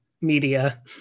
media